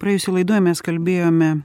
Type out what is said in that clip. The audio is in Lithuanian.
praėjusioj laidoj mes kalbėjome